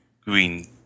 green